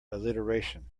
alliteration